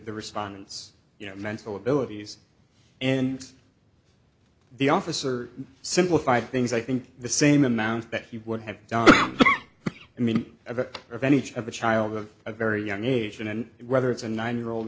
the response you know mental abilities and the officer simplified things i think the same amount that he would have done i mean a of any of a child of a very young age and whether it's a nine year old